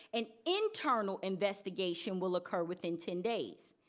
an internal investigation will occur within ten days.